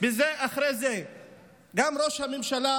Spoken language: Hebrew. זה אחרי זה גם ראש הממשלה